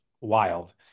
wild